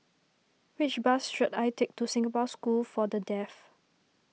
which bus should I take to Singapore School for the Deaf